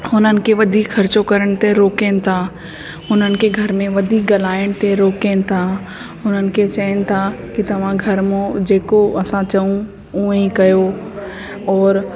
हुननि खे वधीक ख़र्चो करण ते रोकिनि था हुननि खे घर में वधीक ॻाल्हाइण ते रोकिनि था हुननि खे चवनि था की तव्हां घर में जेको असां चऊं हूंअं ई कयो और